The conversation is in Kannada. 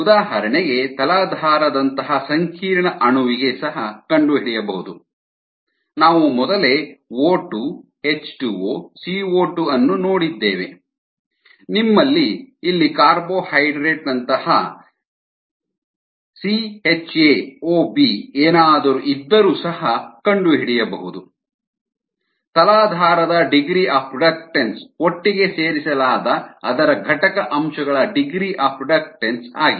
ಉದಾಹರಣೆಗೆ ತಲಾಧಾರದಂತಹ ಸಂಕೀರ್ಣ ಅಣುವಿಗೆ ಸಹ ಕಂಡುಹಿಡಿಯಬಹುದು ನಾವು ಮೊದಲೇ O2 H2O CO2 ಅನ್ನು ನೋಡಿದ್ದೇವೆ ನಿಮ್ಮಲ್ಲಿ ಇಲ್ಲಿ ಕಾರ್ಬೋಹೈಡ್ರೇಟ್ ನಂತಹ CHaOb ಏನಾದರೂ ಇದ್ದರೂ ಸಹ ಕಂಡುಹಿಡಿಯಬಹುದು ತಲಾಧಾರದ ಡಿಗ್ರೀ ಆಫ್ ರಿಡಕ್ಟನ್ಸ್ ಒಟ್ಟಿಗೆ ಸೇರಿಸಲಾದ ಅದರ ಘಟಕ ಅಂಶಗಳ ಡಿಗ್ರೀ ಆಫ್ ರಿಡಕ್ಟನ್ಸ್ ಆಗಿದೆ